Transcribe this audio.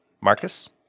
Marcus